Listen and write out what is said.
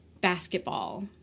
basketball